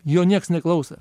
jo nieks neklausė